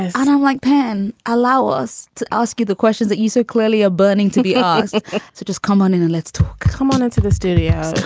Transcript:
i don't like palin. allow us to ask you the questions that you so clearly are burning to be asked to just come on in and let's talk come on into the studio